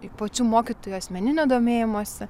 pačių mokytojų asmeninio domėjimosi